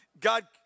God